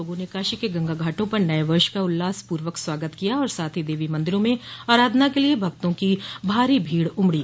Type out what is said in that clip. लोगों ने काशी के गंगा घाटों पर नये वर्ष का उल्लासपूर्वक स्वागत किया और साथ ही देवी मन्दिरों में आराधना के लिए भक्तों की भारी भीड़ उमड़ी